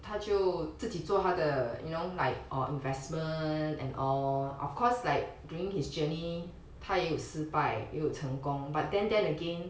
他就自己做他的 you know like or investment and all of course like during his journey 他也有失败也有成功 but then then again